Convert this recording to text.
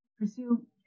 pursue